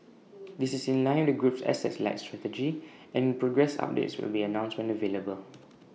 this is in line the group's asset light strategy and progress updates will be announced when available